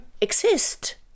exist